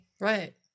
Right